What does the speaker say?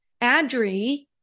Adri